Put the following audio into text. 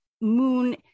moon